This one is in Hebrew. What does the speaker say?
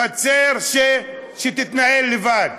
חצר שתתנהל לבד,